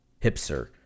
hipster